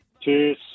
Cheers